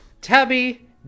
Tabby